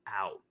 out